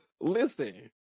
listen